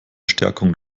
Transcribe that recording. stärkung